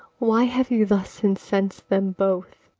why have you thus incens'd them both?